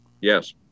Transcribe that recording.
Yes